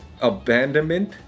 abandonment